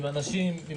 אנשים,